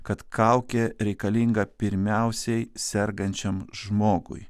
kad kaukė reikalinga pirmiausiai sergančiam žmogui